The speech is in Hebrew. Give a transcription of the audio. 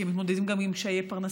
כי הם מתמודדים גם עם קשיי פרנסה,